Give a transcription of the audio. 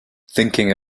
thinking